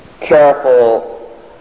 careful